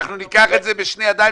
ניקח את זה בשתי ידיים.